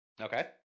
Okay